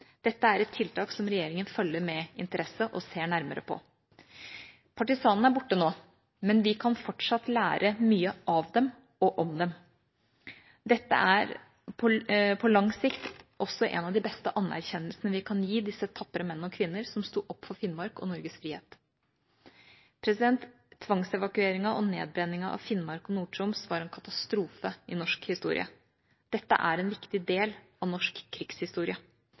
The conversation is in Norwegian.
Dette er et tiltak som regjeringa følger med interesse og ser nærmere på. Partisanene er borte nå, men vi kan fortsatt lære mye av dem og om dem. Dette er på lang sikt også en av de beste anerkjennelsene vi kan gi disse tapre menn og kvinner som sto opp for Finnmark og Norges frihet. Tvangsevakueringen og nedbrenningen av Finnmark og Nord-Troms var en katastrofe i norsk historie. Dette er en viktig del av norsk krigshistorie.